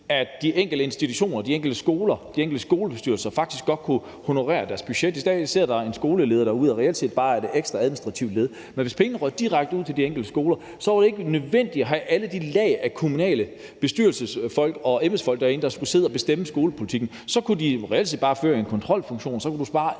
at de enkelte institutioner og de enkelte skoler, de enkelte skolebestyrelser, faktisk godt kunne overholde deres budget. I dag sidder der en skoleleder derude, som reelt set bare er et ekstra administrativt led, men hvis pengene røg direkte ud til de enkelte skoler, var det ikke nødvendigt at have alle de lag af kommunale bestyrelsesfolk og embedsfolk der, som skulle sidde og bestemme skolepolitikken. Så kunne de reelt set bare føre en kontrolfunktion, og så kunne man spare